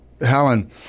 Helen